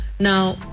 Now